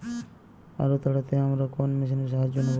আলু তাড়তে আমরা কোন মেশিনের সাহায্য নেব?